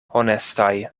honestaj